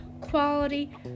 quality